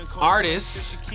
artists